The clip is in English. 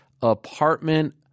apartment